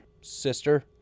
sister